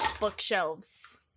bookshelves